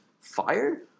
fired